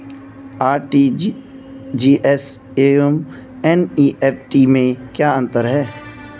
RTGS एवं NEFT में क्या अंतर है?